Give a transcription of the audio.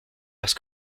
parce